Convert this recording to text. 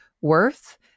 worth